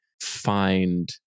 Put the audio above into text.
find